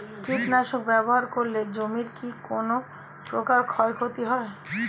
কীটনাশক ব্যাবহার করলে জমির কী কোন প্রকার ক্ষয় ক্ষতি হয়?